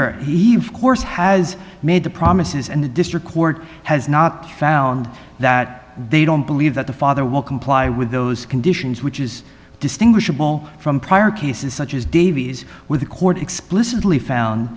eve course has made the promises and the district court has not found that they don't believe that the father will comply with those conditions which is distinguishable from prior cases such as davies with the court explicitly found